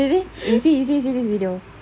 eh baby you see you see you see this video